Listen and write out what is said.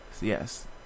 Yes